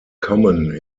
common